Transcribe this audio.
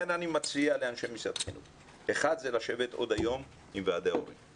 אני מציע לאנשי משרד החינוך לשבת עוד היום עם ועדי ההורים